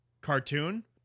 cartoon